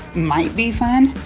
might be fun?